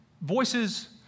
voices